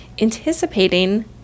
anticipating